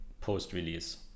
post-release